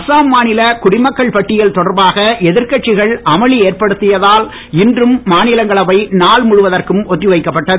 அஸ்ஸாம் மாநில குடிமக்கள் பட்டியல் தொடர்பாக எதிர்கட்சிகள் அமளி ஏற்படுத்தியதால் இன்றும் மாநிலங்களவை நாள் முழுவதற்கும் ஒத்திவைக்கப்பட்டது